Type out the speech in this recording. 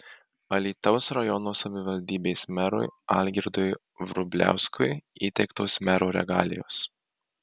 alytaus rajono savivaldybės merui algirdui vrubliauskui įteiktos mero regalijos